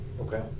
Okay